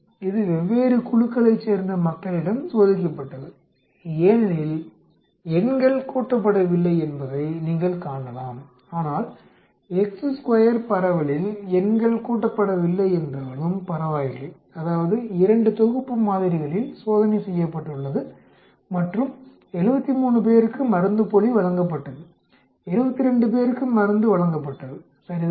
இது வெவ்வேறு குழுக்களைச் சேர்ந்த மக்களிடம் சோதிக்கப்பட்டது ஏனெனில் எண்கள் கூட்டப்படவில்லை என்பதை நீங்கள் காணலாம் ஆனால் பரவலில் எண்கள் கூட்டப்படவில்லையென்றாலும் பரவாயில்லை அதாவது 2 தொகுப்பு மாதிரிகளில் சோதனை செய்யப்பட்டுள்ளது மற்றும் 73 பேருக்கு மருந்துப்போலி வழங்கப்பட்டது 72 பேருக்கு மருந்து வழங்கப்பட்டது சரிதானே